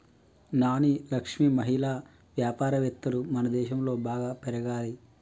నాని లక్ష్మి మహిళా వ్యాపారవేత్తలు మనదేశంలో బాగా పెరగాలి